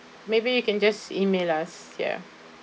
maybe you can just email us ya